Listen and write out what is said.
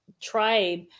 tribe